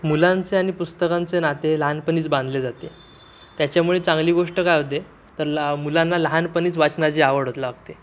मुलांचे आणि पुस्तकांचे नाते लहानपणीच बांधले जाते त्याच्यामुळे चांगली गोष्ट काय होते तर ला मुलांना लहानपणीच वाचनाची आवड हो लागते